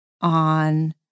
on